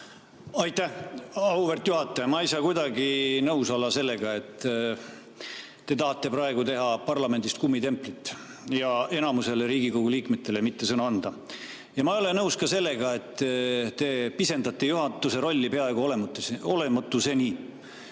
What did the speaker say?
Aitäh, auväärt juhataja! Ma ei saa kuidagi nõus olla, et te tahate praegu teha parlamendist kummitemplit ja enamusele Riigikogu liikmetele mitte sõna anda. Ma ei ole nõus ka sellega, et te pisendate juhatuse rolli peaaegu olematuseni.